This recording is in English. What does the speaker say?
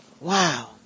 Wow